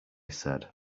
said